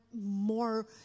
more